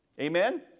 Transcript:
Amen